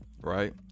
right